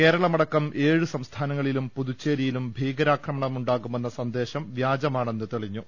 കേരളമടക്കം ഏഴ് സംസ്ഥാനങ്ങളിലും പുതുച്ചേരിയിലും ഭീകരാക്രമണം ഉണ്ടാകുമെന്ന സന്ദേശം വ്യാജമെന്ന് തെളി ഞ്ഞു